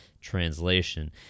Translation